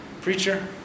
preacher